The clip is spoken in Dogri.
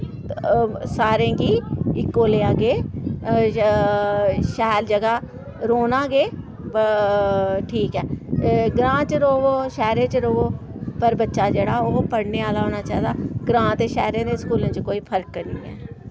सारें गी इक्को लेआ गै शैल ज'गा रौह्ना गै ठीक ऐ ग्रां च र'वो शैह्रें च र'वो पर बच्चा जेह्ड़ा ओह् पढ़ने आह्ला होना चाहिदा ग्रां ते शैह्रें दे स्कूलें च कोई फर्क निं ऐ